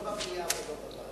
לא במליאה ולא בוועדה.